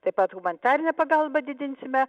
taip pat humanitarinę pagalbą didinsime